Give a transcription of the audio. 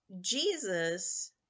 Jesus